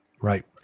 right